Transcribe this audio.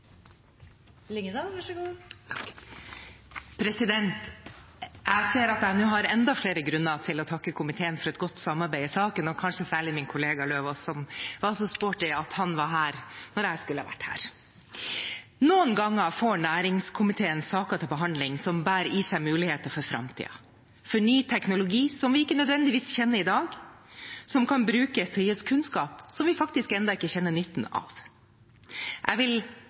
Jeg ser at jeg nå har enda flere grunner til å takke komiteen for et godt samarbeid i saken – og kanskje særlig min kollega Eidem Løvaas, som var så sporty at han var her da jeg skulle ha vært her. Noen ganger får næringskomiteen saker til behandling som bærer i seg muligheter for framtiden – for ny teknologi, som vi ikke nødvendigvis kjenner i dag, som kan brukes til å gi oss kunnskap som vi faktisk ennå ikke kjenner nytten av. Jeg vil